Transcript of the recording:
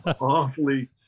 awfully